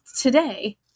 today